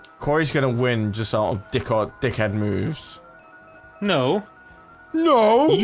cory's gonna win just all dick or dickhead moves no no,